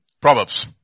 Proverbs